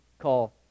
call